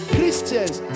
Christians